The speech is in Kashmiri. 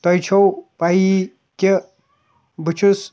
تۄہہِ چھو پَیی کہِ بہٕ چھُس